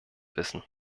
wissen